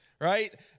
right